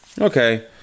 Okay